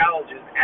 challenges